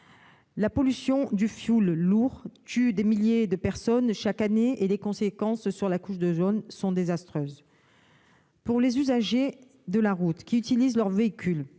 La pollution au fioul lourd tue des milliers de personnes chaque année et les conséquences sur la couche d'ozone sont désastreuses. Les usagers de la route, qui utilisent leur véhicule